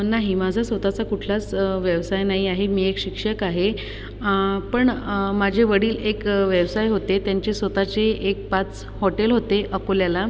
नाही माझा स्वतःचा कुठलाच व्यवसाय नाही आहे मी एक शिक्षक आहे पण माझे वडील एक व्यवसाय होते त्यांचे स्वतःचे एक पाच हॉटेल होते अकोल्याला